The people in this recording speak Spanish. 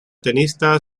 tenista